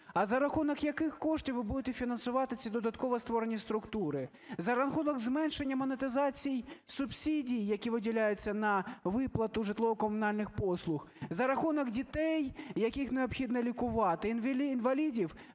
А за рахунок яких коштів ви будете фінансувати ці додатково створені структури? За рахунок зменшення монетизації субсидій, які виділяються на виплату житлово-комунальних послуг? За рахунок дітей, яких необхідно лікувати, інвалідів,